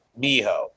Miho